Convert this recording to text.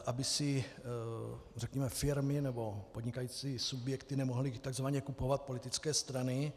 Aby si řekněme firmy nebo podnikající subjekty nemohly takzvaně kupovat politické strany.